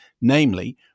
namely